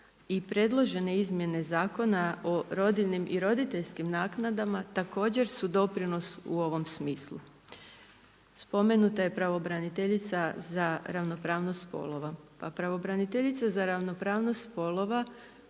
I predložene izmjene zakona o rodiljinim i roditeljskim naknadama također su doprinos u ovom smislu. Spomenuta je pravobraniteljica za ravnopravnost spolova. Pa pravobraniteljica za ravnopravnost spolova